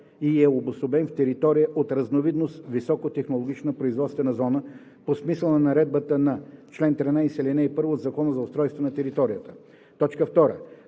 и е обособен в територия от разновидност „високотехнологична производствена зона“ по смисъла на наредбата по чл. 13, ал. 1 от Закона за устройство на територията (ЗУТ); 2.